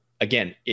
again